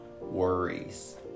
worries